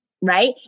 right